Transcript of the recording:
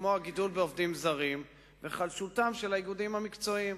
כמו הגידול במספר העובדים הזרים והיחלשותם של האיגודים המקצועיים.